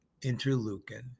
interleukin